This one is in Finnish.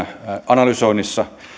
analysoinnissa